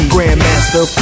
Grandmaster